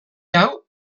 hau